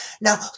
Now